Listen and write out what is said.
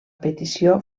petició